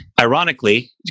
Ironically